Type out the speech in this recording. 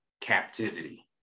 captivity